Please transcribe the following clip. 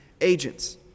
agents